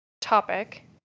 topic